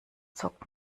zockt